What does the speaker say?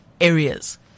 areas